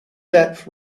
depth